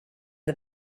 the